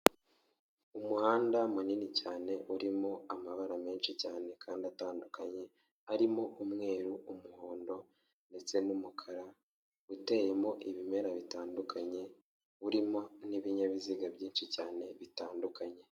Umuhanda munini cyane urimo amabara menshi cyane kandi atandukanye harimo umweru umuhondo ndetse n'umukara uteyemo ibimera bitandukanye urimo n'ibinyabiziga byinshi cyane bitandukanye.